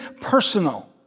personal